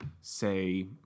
say